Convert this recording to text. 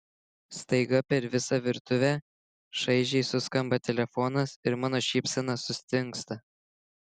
staiga per visą virtuvę šaižiai suskamba telefonas ir mano šypsena sustingsta